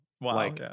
Wow